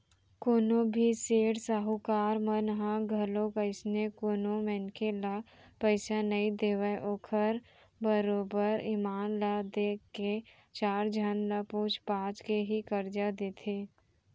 कोनो भी सेठ साहूकार मन ह घलोक अइसने कोनो मनखे ल पइसा नइ देवय ओखर बरोबर ईमान ल देख के चार झन ल पूछ पाछ के ही करजा देथे